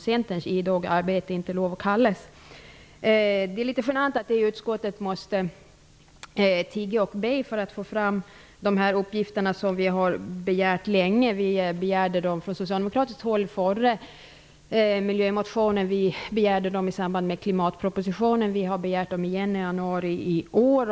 Centerns idoga arbete inte får lov att kallas miljöutskottet -- måste tigga och be för att få fram de uppgifter som vi länge har begärt. Från socialdemokratiskt håll begärde vi att få fram de här uppgifterna i förra miljömotionen, vi begärde dem i samband med klimatpropositionen, och vi har begärt dem på nytt i januari i år.